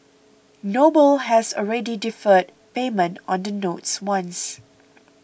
noble has already deferred payment on the notes once